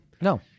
No